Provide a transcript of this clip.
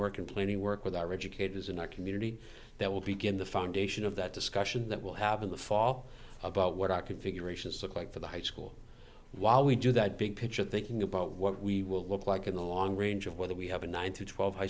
work in plenty work with our educators in our community that will begin the foundation of that discussion that will have in the fall about what our configurations look like for the high school while we do that big picture thinking about what we will look like in the long range of whether we have a nine to twelve high